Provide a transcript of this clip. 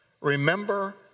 Remember